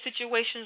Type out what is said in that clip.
situations